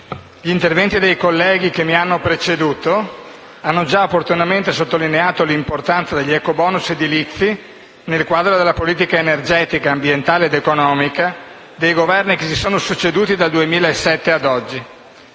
gli interventi dei colleghi che mi hanno preceduto hanno già opportunamente sottolineato l'importanza degli ecobonus edilizi nel quadro della politica energetica, ambientale ed economica dei Governi succeduti dal 2007 ad oggi.